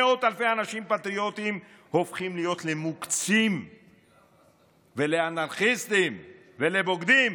מאות אלפי אנשים פטריוטים הופכים להיות מוקצים ואנרכיסטים ובוגדים